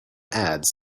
ads